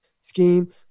scheme